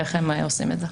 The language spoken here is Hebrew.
איך הם עושים את זה?